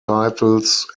titles